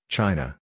China